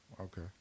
Okay